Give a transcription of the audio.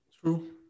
True